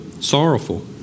sorrowful